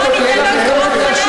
בוא, אני אתן לך את תורת חיי.